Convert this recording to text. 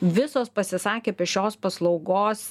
visos pasisakė apie šios paslaugos